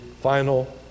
final